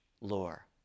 lore